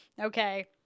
Okay